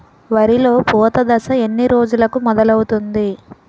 వరిలో పూత దశ ఎన్ని రోజులకు మొదలవుతుంది?